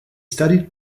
studied